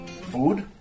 food